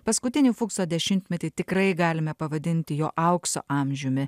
paskutinį fukso dešimtmetį tikrai galime pavadinti jo aukso amžiumi